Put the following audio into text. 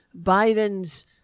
Biden's